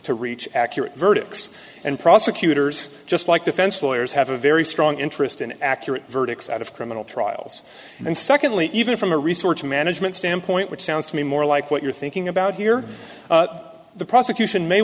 to reach accurate verdicts and prosecutors just like defense lawyers have a very strong interest in accurate verdicts out of criminal trials and secondly even from a resource management standpoint which sounds to me more like what you're thinking about here the prosecution may